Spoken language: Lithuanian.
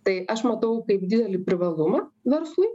tai aš matau kaip didelį privalumą verslui